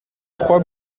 trois